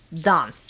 done